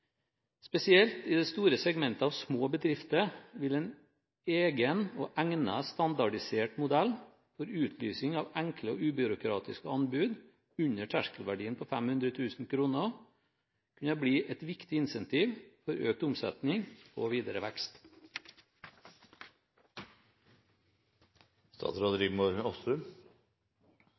Spesielt i det store segmentet av små bedrifter vil en egen og egnet standardisert modell for utlysing av enkle og ubyråkratiske anbud under terskelverdien på 500 000 kr, kunne bli et viktig incentiv for økt omsetning og videre